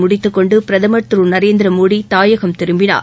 முடித்துக்கொண்டு பிரதமர் திரு நரேந்திர மோடி தாயகம் திரும்பினார்